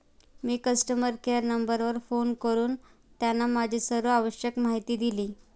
मी customer care नंबरवर phone करून त्यांना माझी सर्व आवश्यक माहिती दिली